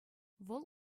вӑл